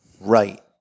right